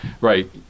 right